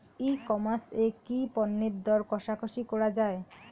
ই commerce এ কি পণ্যের দর কশাকশি করা য়ায়?